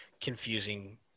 confusing